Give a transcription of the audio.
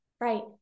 right